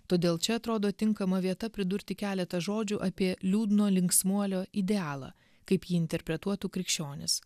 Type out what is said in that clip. todėl čia atrodo tinkama vieta pridurti keletą žodžių apie liūdno linksmuolio idealą kaip jį interpretuotų krikščionys